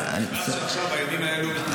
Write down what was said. מכרז שמתנהל עכשיו, בימים האלה.